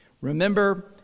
Remember